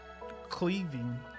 cleaving